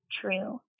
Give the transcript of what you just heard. true